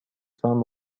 femme